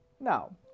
Now